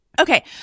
Okay